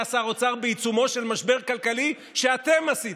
שר אוצר בעיצומו של משבר כלכלי שאתם עשיתם?